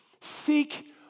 Seek